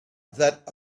that